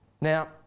Now